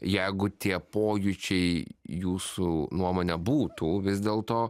jeigu tie pojūčiai jūsų nuomone būtų vis dėlto